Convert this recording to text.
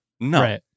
No